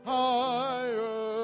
higher